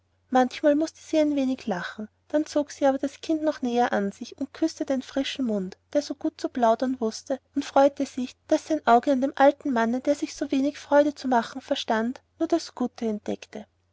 manchmal mußte sie ein wenig dabei lachen dann zog sie aber das kind noch näher an sich und küßte den frischen mund der so gut zu plaudern wußte und freute sich daß sein auge an dem alten manne der sich so wenig freunde zu machen verstanden nur das gute entdeckte